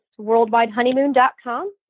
worldwidehoneymoon.com